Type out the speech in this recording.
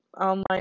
online